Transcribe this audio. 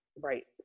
Right